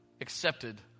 accepted